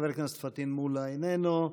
חבר הכנסת פטין מולא, איננו.